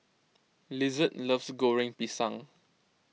Lizette loves Goreng Pisang